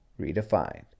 Redefined